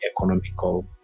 economical